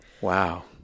Wow